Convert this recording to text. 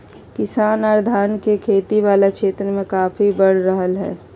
किसान आर धान के खेती वला क्षेत्र मे काफी बढ़ रहल हल